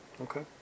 Okay